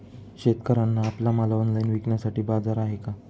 शेतकऱ्यांना आपला माल ऑनलाइन विकण्यासाठी बाजार आहे का?